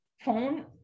phone